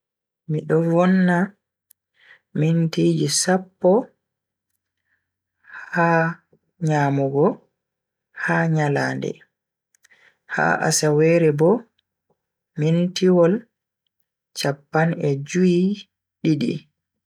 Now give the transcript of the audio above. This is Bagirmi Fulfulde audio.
Mi do vonna mintiji sappo ha nyamugo ha nyalande, ha asawere bo, mintiwol chappan e jue-didi.